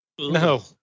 No